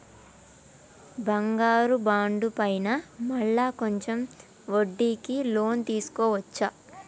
బంగారు బాండు పైన మళ్ళా కొంచెం వడ్డీకి లోన్ తీసుకోవచ్చా?